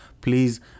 please